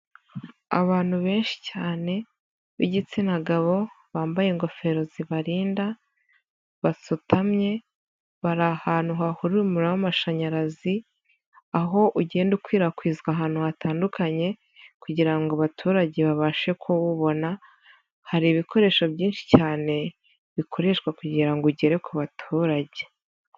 Abantu benshi cyane b'igitsina gabo, bambaye ingofero zibarinda, basutamye, bari ahantu hahurira umuriro w'amashanyarazi aho ugenda ukwirakwizwa ahantu hatandukanye kugira ngo abaturage babashe kuwubona, hari ibikoresho byinshi cyane bikoreshwa kugira ngo ugere ku baturage.